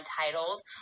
titles